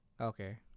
Okay